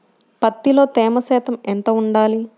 పత్తిలో తేమ శాతం ఎంత ఉండాలి?